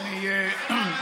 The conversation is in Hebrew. החוק היה מלא חורים.